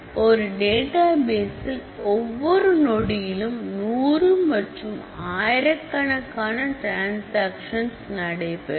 ஒரு டேட்டா பேஸில் ஒவ்வொரு நொடியிலும் 100 மற்றும் ஆயிரக்கணக்கான டிரன்சாக்சன்ஸ் நடைபெறும்